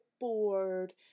bored